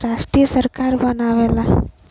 राष्ट्रीय सरकार बनावला